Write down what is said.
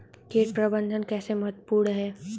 कीट प्रबंधन कैसे महत्वपूर्ण है?